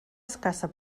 escassa